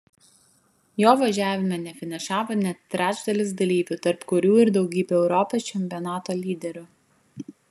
jo važiavime nefinišavo net trečdalis dalyvių tarp kurių ir daugybė europos čempionato lyderių